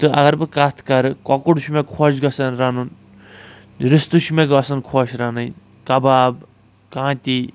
تہٕ اگر بہٕ کتھ کرٕ کۅکُر چھُ مےٚ خوٚش گژھان رَنُن رِستہٕ چھُ مےٚ گژھان خوٚش رَنٕنی کباب کانتی